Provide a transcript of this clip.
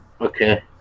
Okay